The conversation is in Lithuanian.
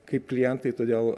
kaip klientai todėl